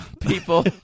people